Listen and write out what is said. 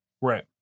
right